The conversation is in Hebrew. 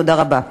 תודה רבה.